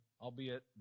albeit